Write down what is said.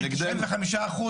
95%